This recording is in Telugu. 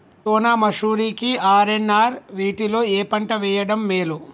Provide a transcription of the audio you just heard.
సోనా మాషురి కి ఆర్.ఎన్.ఆర్ వీటిలో ఏ పంట వెయ్యడం మేలు?